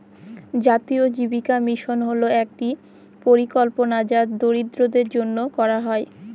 জাতীয় জীবিকা মিশন হল একটি পরিকল্পনা যা দরিদ্রদের জন্য করা হয়